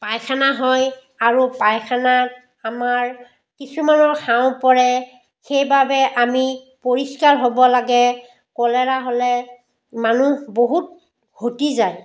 পায়খানা হয় আৰু পায়খানাত আমাৰ কিছুমানৰ শাওঁ পৰে সেইবাবে আমি পৰিষ্কাৰ হ'ব লাগে কলেৰা হ'লে মানুহ বহুত হতি যায়